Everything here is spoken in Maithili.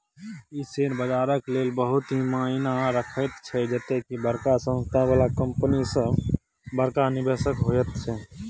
ई शेयर बजारक लेल बहुत ही मायना रखैत छै जते की बड़का संस्था बला कंपनी सब बड़का निवेशक होइत छै